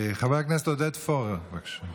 חבר הכנסת עודד פורר, בבקשה.